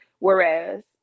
Whereas